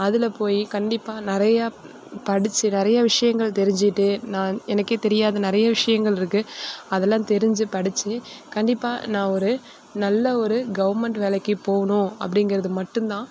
அதில் போய் கண்டிப்பாக நிறையா படித்து நிறையா விஷயங்கள் தெரிஞ்சிகிட்டு நான் எனக்கு தெரியாத நிறைய விஷயங்கள் இருக்கு அதல்லாம் தெரிஞ்சு படித்து கண்டிப்பாக நான் ஒரு நல்ல ஒரு கவர்மெண்ட் வேலைக்கு போகணும் அப்படிங்கிறது மட்டும்தான்